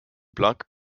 block